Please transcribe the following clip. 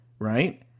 Right